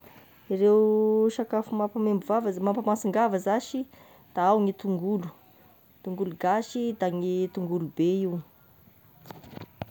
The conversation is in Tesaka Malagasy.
Ireo sakafo mampamaimbo vava mampamansingava zashy da ao ny tongolo, tongolo gasy da ny tongolo be io.